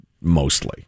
mostly